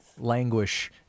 languish